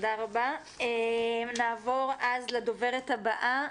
נעבור לדוברת הבאה,